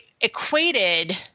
equated